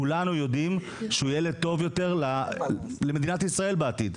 כולנו יודעים שהוא ילד טוב יותר למדינת ישראל בעתיד.